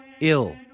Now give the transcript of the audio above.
ill